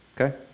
Okay